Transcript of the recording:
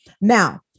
Now